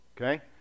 Okay